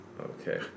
Okay